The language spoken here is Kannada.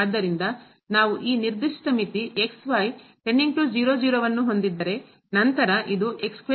ಆದ್ದರಿಂದ ನಾವು ಈ ನಿರ್ದಿಷ್ಟ ಮಿತಿ ವನ್ನು ಹೊಂದಿದ್ದರೆ ನಂತರ ಇದು